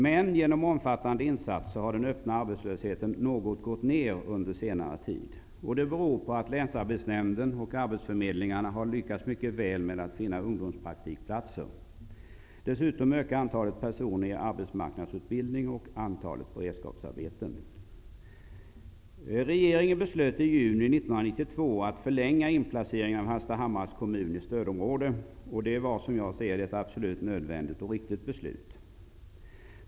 Men genom omfattande insatser har den öppna arbetslösheten något gått ner under senare tid. Det beror på att länsarbetsnämnden och arbetsförmedlingarna har lyckats mycket väl med att finna ungdomspraktikplatser. Dessutom ökar antalet personer i arbetsmarknadsutbildning och antalet beredskapsarbeten. Regeringen beslöt i juni 1992 att förlänga inplaceringen av Hallstahammars kommun i stödområde. Det var som jag ser det ett nödvändigt och riktigt beslut.